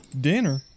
Dinner